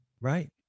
Right